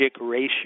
ratio